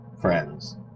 friends